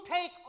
take